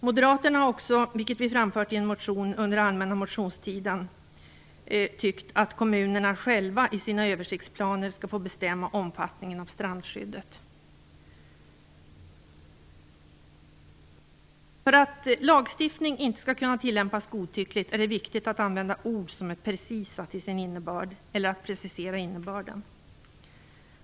Moderaterna har också, vilket vi framfört i en motion under den allmänna motionstiden, tyckt att kommunerna själva i sina översiktsplaner skall få bestämma omfattningen av strandskyddet. För att lagstiftning inte skall kunna tillämpas godtyckligt är det viktigt att använda ord som är precisa till sin innebörd eller att precisera innebörden.